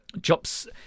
jobs